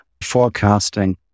forecasting